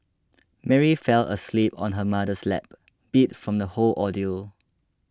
Mary fell asleep on her mother's lap beat from the whole ordeal